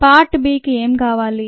part B కి ఏం కావాలి